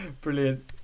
brilliant